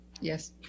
yes